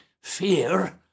Fear